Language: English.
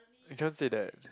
we can't say that